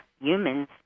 humans